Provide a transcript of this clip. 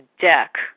deck